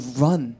run